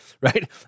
Right